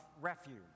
refuge